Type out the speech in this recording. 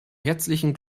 herzlichen